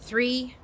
Three